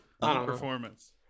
Performance